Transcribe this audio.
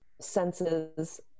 senses